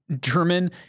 German